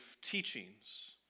teachings